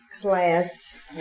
class